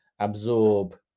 absorb